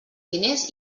diners